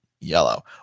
yellow